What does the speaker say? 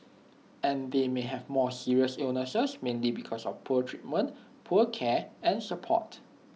and they may have more serious illnesses mainly because of poor treatment poor care and support